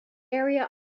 area